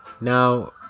now